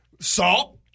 Salt